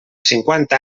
cinquanta